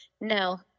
No